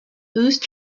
whose